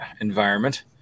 environment